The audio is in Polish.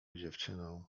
dziewczyną